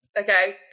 Okay